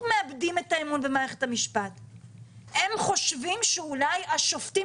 מאבדים את האמון במערכת המשפט אלא הם חושבים שאולי השופטים